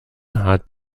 hat